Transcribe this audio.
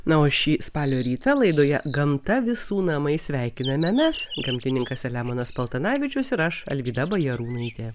na o šį spalio rytą laidoje gamta visų namai sveikiname mes gamtininkas selemonas paltanavičius ir aš alvyda bajarūnaitė